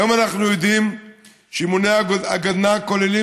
היום אנחנו יודעים שאימוני הגדנ"ע כוללים